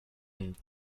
and